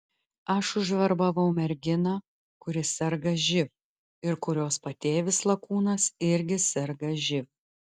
aš užverbavau merginą kuri serga živ ir kurios patėvis lakūnas irgi serga živ